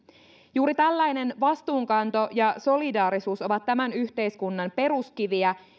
juuri tällainen vastuunkanto ja solidaarisuus ovat tämän yhteiskunnan peruskiviä